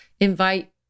invite